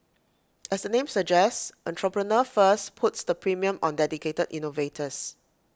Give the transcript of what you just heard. as the name suggests Entrepreneur First puts the premium on dedicated innovators